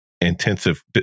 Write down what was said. intensive